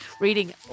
reading